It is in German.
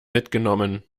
mitgenommen